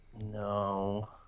No